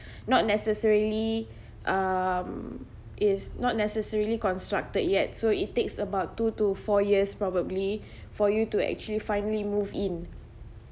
not necessarily um is not necessarily constructed yet so it takes about two to four years probably for you to actually finally moved in